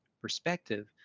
perspective